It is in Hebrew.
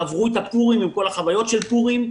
עברו את הפורים עם כל החוויות של פורים,